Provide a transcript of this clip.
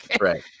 Right